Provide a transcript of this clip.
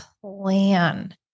plan